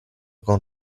con